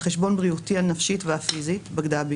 על חשבון בריאותי הנפשית והפיזית, בגדה בי.